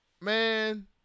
man